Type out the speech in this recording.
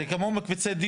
זה כמו הדיור.